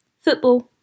football